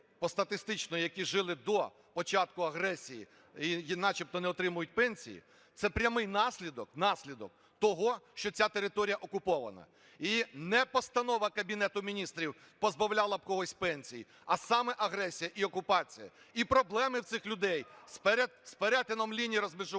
які жили до початку агресії і начебто не отримують пенсії, це прямий наслідок, наслідок того, що ця територія окупована. І не постанова Кабінету Міністрів позбавляла когось пенсій, а саме агресія і окупація. І проблеми в цих людей з перетином лінії розмежування